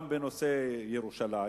גם בנושא ירושלים,